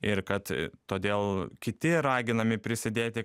ir kad todėl kiti raginami prisidėti